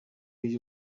iyo